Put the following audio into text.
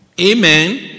Amen